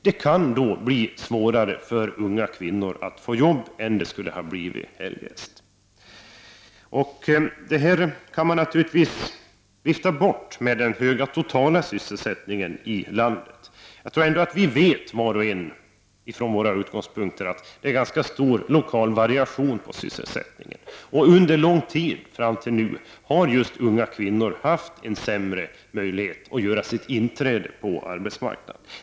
Det kan då blir svårare för unga kvinnor att få jobb än vad som eljest skulle ha varit fallet. Man kan naturligtvis vifta bort detta problem genom att hänvisa till den höga totala sysselsättningen i landet. Jag tror ändå att var och en vet att det finns en ganska stor lokal variation när det gäller sysselsättningen. Under lång tid fram till nu har just unga kvinnor haft en sämre möjlighet att göra sitt inträde på arbetsmarknaden.